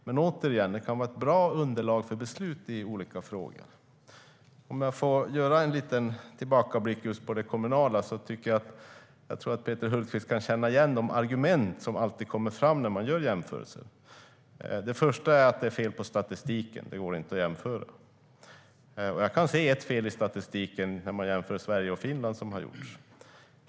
Men de kan vara ett bra underlag för beslut i olika frågor. Låt mig återvända till det kommunala. Peter Hultqvist kan nog känna igen de argument som alltid kommer fram när man gör jämförelser. Det första är att det är fel på statistiken; det går inte att jämföra. Jag kan se ett fel i statistiken när man jämför Sverige och Finland.